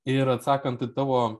ir atsakant į tavo